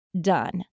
done